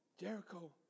Jericho